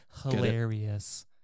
hilarious